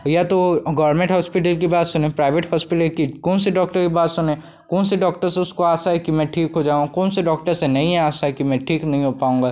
या तो वह गोरमेंट होस्पिटल की बात सुनें प्राइवेट हॉस्पिटल कि कौन से डॉक्टर की बात सुनें कौन से डॉक्टर से उसको आशा है कि मैं ठीक हो जाऊँ कौन से डॉक्टर से नहीं है आशा कि मैं ठीक नहीं हो पाऊँगा